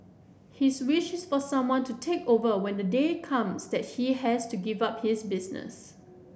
his wish is for someone to take over when the day comes that he has to give up his business